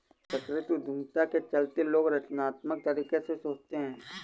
सांस्कृतिक उद्यमिता के चलते लोग रचनात्मक तरीके से सोचते हैं